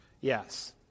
Yes